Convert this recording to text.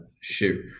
shoot